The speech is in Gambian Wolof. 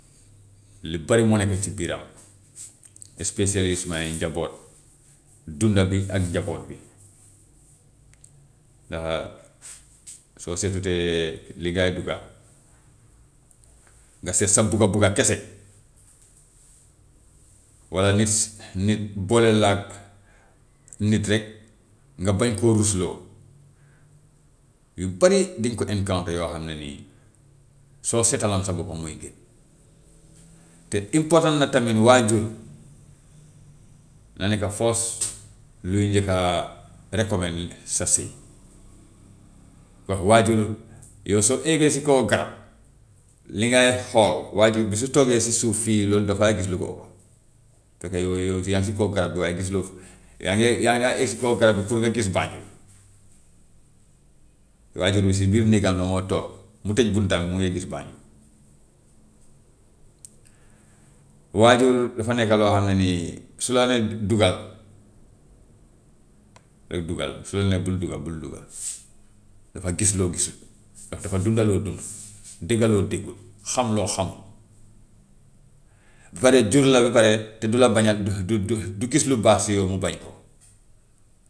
Lu bëri moo nekk si biiram especially sumay njaboot, dund bi ak njaboot bi, ndax soo seetutee li ngay dugga, nga seet sa bugga bugga kese, walla nit nit boole la ak nit rek nga bañ koo rusloo, yu bari dinga ko encompt yoo xam ne nii soo seetaloon sa bopp mooy gën. Te important na tamit waajur na nekk first luy njëkka a recommande sa sëy, ko waajur yow soo eegee si kaw garab li ngay xool waajur bi su toogee si suuf fii loolu dafay gis lu ko ëpp, fekk yow yow yaa ngi si kaw garab bi waaye gisuloo, yaa ngee ya- yaa ngi eeg si kaw garab bi pour nga gis banjul, waajur bi si biir néegam moo toog mu tëj buntam mu ngi gis banjul. Waajur dafa nekk loo xam ne nii su la nee duggal rek duggal, su la ne bul dugga bul dugga dafa gis loo gisut, ndax dafa dunda loo dundut, dégga loo déggul, xam loo xamul, ba pare jur la ba pare te du la bañal du du du du gis lu baax si yow mu bañ ko.